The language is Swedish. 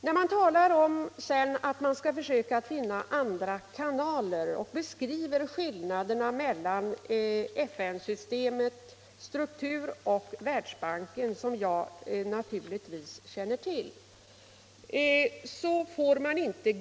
När det sedan talades om att försöka finna andra kanaler framhölls skillnaden mellan FN-systemets struktur och Världsbanken, och den skillnaden känner jag naturligtvis till.